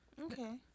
okay